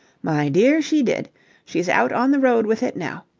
my dear, she did she's out on the road with it now.